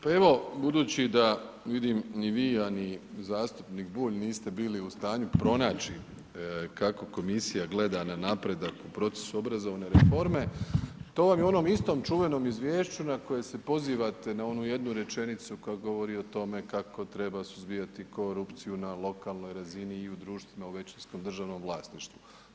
Pa evo budući da vidim ni vi, a ni zastupnik Bulj niste bili u stanju pronaći kako komisija gleda na napredak u procesu obrazovne reforme, to vam je u onom istom čuvenom izvješću na koje se pozivate na onu jednu rečenicu koja govori o tome kako treba suzbijati korupciju na lokalnoj razini i u društveno većinskom državnom vlasništvu.